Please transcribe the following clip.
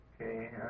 Okay